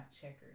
checkers